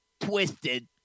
twisted